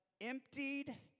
emptied